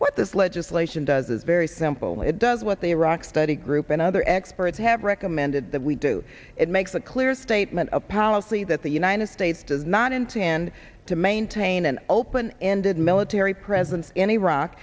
what this legislation does is very simple it does what they rock study group and other experts have recommended that we do it makes a clear statement of policy that the united states does not intend to maintain an open ended military presence in iraq